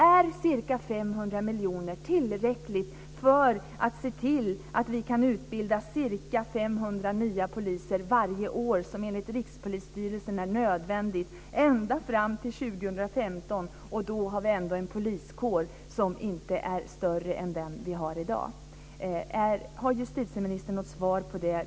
Är ca 500 miljoner tillräckligt för att se till att vi kan utbilda 500 nya poliser varje år, vilket enligt Rikspolisstyrelsen är nödvändigt ända fram till 2015? Då har vi ändå en poliskår som inte är större än den vi har i dag. Har justitieministern något svar på detta?